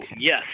yes